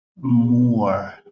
more